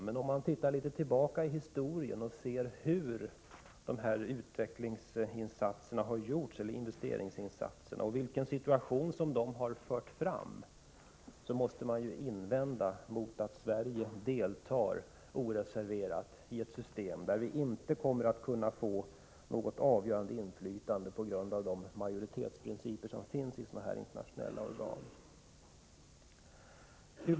Men om man blickar tillbaka i historien och ser hur dessa 43 investeringsinsatser har gjorts och vilken situation de har lett till, måste man invända mot att Sverige deltar oreserverat i ett system där vi inte kommer att kunna få något avgörande inflytande på grund av majoritetsprinciperna i internationella organ av det här slaget.